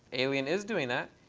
alien is doing that,